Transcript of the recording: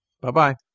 Bye-bye